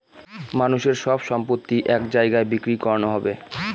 মানুষের সব সম্পত্তি এক জায়গায় বিক্রি করানো হবে